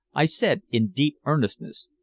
i said in deep earnestness.